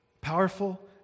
Powerful